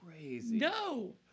no